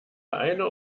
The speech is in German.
eine